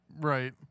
right